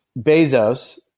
Bezos